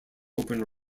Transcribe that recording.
open